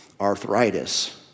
Arthritis